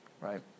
right